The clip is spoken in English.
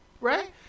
right